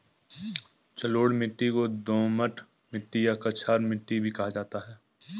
जलोढ़ मिट्टी को दोमट मिट्टी या कछार मिट्टी भी कहा जाता है